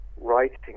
writing